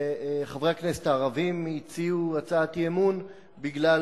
וחברי הכנסת הערבים הציעו הצעת אי-אמון בגלל